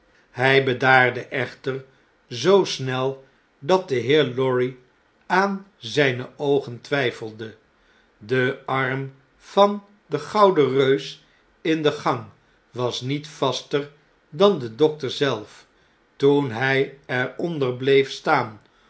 hy bedaarde echter zoo snel dat de heer lorry aan zyne oogen twyfelde de arm van den gouden reus in de gang was niet vaster dan de dokter zelf toen hy er onder bleef staan